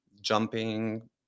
jumping